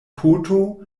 poto